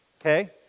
Okay